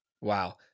Wow